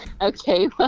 Okay